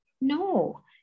No